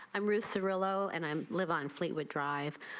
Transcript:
i'm ruth the real low and i'm live on fleetwood dr.